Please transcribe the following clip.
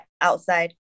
outside